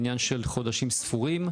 עניין של חודשים ספורים.